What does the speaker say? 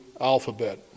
alphabet